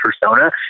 persona